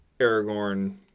Aragorn